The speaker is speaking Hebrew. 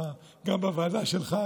גם בוועדה שלך,